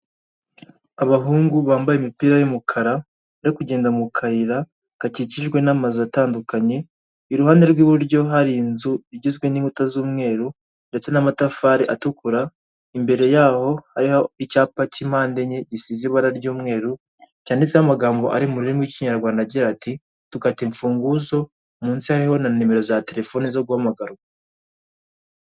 Abahungu bambaye imipira y'umukara, bari kugenda mu kayira gakikijwe n'amazu atandukanye, iruhande rw'iburyo hari inzu igizwe n'inkuta z'umweru ndetse n'amatafari atukura, imbere yaho hariho icyapa cy'impande enye gisize ibara ry'umweru cyanditseho amagambo ari mu rurimi rw'ikinyarwanda agira ati; dukata imfunguzo, munsi hariho na nimero za telefoni zo guhamagara.